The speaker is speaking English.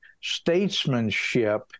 statesmanship